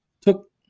took